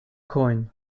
coin